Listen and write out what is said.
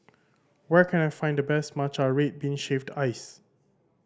where can I find the best matcha red bean shaved ice